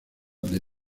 the